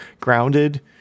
grounded